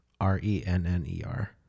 R-E-N-N-E-R